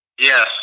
Yes